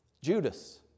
Judas